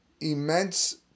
immense